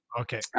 Okay